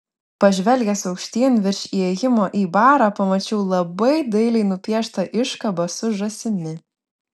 pažvelgęs aukštyn virš įėjimo į barą pamačiau labai dailiai nupieštą iškabą su žąsimi